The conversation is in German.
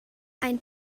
ein